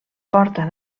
porta